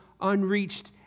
unreached